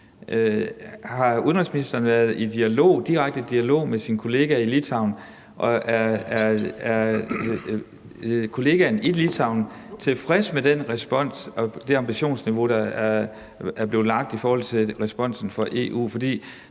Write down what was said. Har udenrigsministeren været i direkte dialog med sin kollega i Litauen? Og er kollegaen i Litauen tilfreds med den respons og det ambitionsniveau, der er blevet lagt i forhold til responsen fra EU?